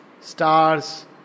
Stars